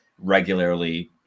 regularly